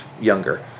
younger